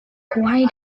hawaii